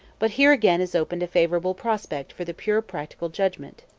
but here again is opened a favourable prospect for the pure practical judgement.